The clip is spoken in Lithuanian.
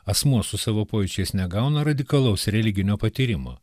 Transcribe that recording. asmuo su savo pojūčiais negauna radikalaus religinio patyrimo